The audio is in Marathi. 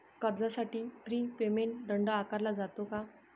कर्जासाठी प्री पेमेंट दंड आकारला जातो का?